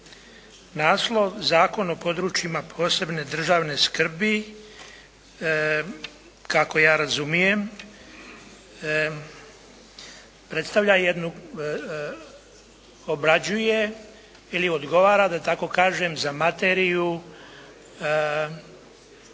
naslov Zakon o područjima posebne državne skrbi kako ja razumijem predstavlja jednu, obrađuje ili odgovara da tako